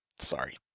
Sorry